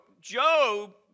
Job